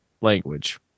language